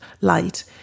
light